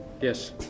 yes